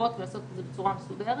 ולעשות בצורה מסודרת.